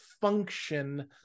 function